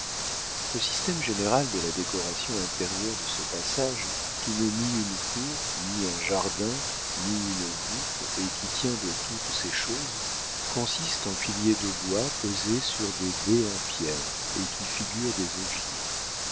le système général de la décoration intérieure de ce passage qui n'est ni une cour ni un jardin ni une voûte et qui tient de toutes ces choses consiste en piliers de bois posés sur des dés en pierre et qui figurent des ogives